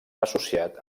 associat